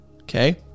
okay